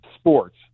sports